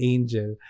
Angel